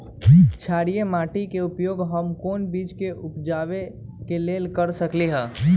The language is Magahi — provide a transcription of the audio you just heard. क्षारिये माटी के उपयोग हम कोन बीज के उपजाबे के लेल कर सकली ह?